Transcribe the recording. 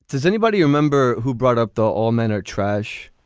does anybody remember who brought up the all men are trash?